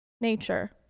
Nature